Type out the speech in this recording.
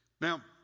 Now